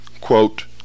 quote